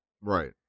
Right